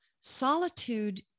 Solitude